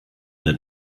der